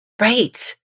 Right